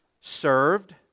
served